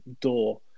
door